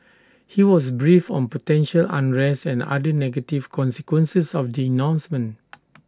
he was briefed on potential unrest and other negative consequences of the announcement